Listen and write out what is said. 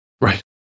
Right